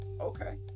Okay